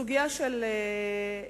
בסוגיה של טבריה: